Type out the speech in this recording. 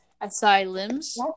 Asylums